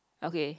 okay